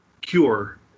Cure